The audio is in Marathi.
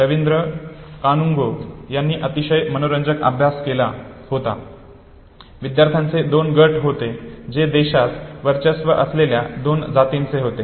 रवींद्र कानुंगो यानी अतिशय मनोरंजक अभ्यास केला विद्यार्थ्यांचे दोन गट होते जे देशात वर्चस्व असलेल्या दोन जातींचे होते